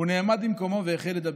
הוא נעמד במקומו והחל לדבר.